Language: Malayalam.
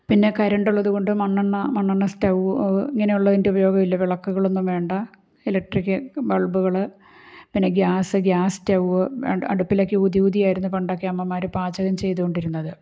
പിന്നെ കറൻറ് ഉള്ളതു കൊണ്ട് മണ്ണെണ്ണ മണ്ണെണ്ണ സ്റ്റവ് ഇങ്ങനെയുള്ളതിൻ്റെ ഉപയോഗങ്ങളില്ല വിളക്കുകളൊന്നും വേണ്ട ഇലക്ട്രിക്ക് ബൾബുകള് പിന്നെ ഗ്യാസ് ഗ്യാസ് സ്റ്റവ് അടുപ്പിലൊക്കെ ഊതി ഊതിയായിരുന്നു പണ്ടൊക്കെ അമ്മമാര് പാചകം ചെയ്തു കൊണ്ടിരുന്നത്